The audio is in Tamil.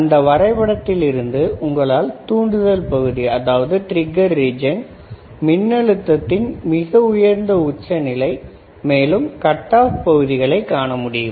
அந்த வரைபடத்தில் இருந்து உங்களால் தூண்டுதல் பகுதி மின்னழுத்தத்தின் மிக உயர்ந்த உச்சநிலை மேலும் கட் ஆப் பகுதிகளைக் காண முடியும்